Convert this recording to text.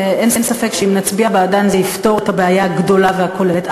ואין ספק שאם נצביע בעדן זה יפתור את הבעיה הגדולה והכוללת,